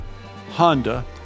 Honda